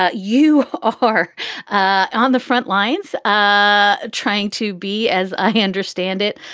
ah you are on the front lines ah trying to be, as i understand it,